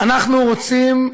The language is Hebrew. אנחנו רוצים,